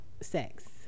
sex